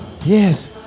Yes